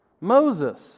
Moses